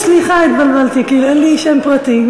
סליחה, התבלבלתי כי אין לי שם פרטי.